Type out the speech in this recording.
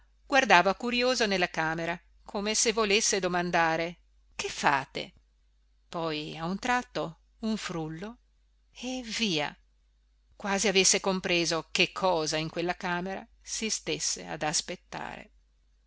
guardava curioso nella camera come se volesse domandare che fate poi a un tratto un frullo e via quasi avesse compreso che cosa in quella camera si stesse ad aspettare